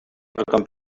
computer